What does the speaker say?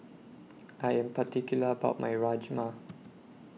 I Am particular about My Rajma